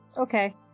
Okay